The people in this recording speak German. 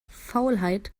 faulheit